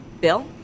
bill